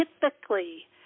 typically